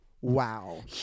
wow